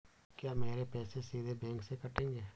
क्या मेरे पैसे सीधे बैंक से कटेंगे?